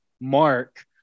mark